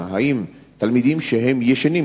עם תלמידים שישנים,